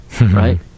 right